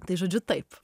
tai žodžiu taip